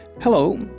Hello